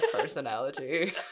personality